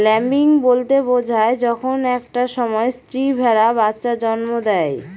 lambing বলতে বোঝায় যখন একটা সময় স্ত্রী ভেড়া বাচ্চা জন্ম দেয়